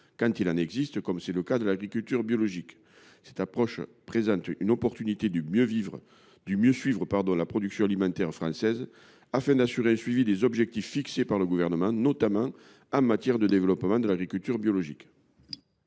quand il en existe, comme c’est le cas pour l’agriculture biologique. Cette approche offre la possibilité de mieux suivre la production alimentaire française et de contrôler l’atteinte des objectifs fixés par le Gouvernement, notamment en matière de développement de l’agriculture biologique.